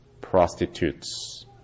prostitutes